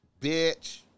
Bitch